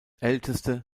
älteste